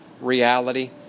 reality